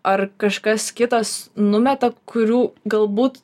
ar kažkas kitas numeta kurių galbūt